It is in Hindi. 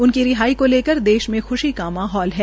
उनकी रिहाई को लेकर देश में ख्शी का माहौल है